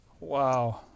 Wow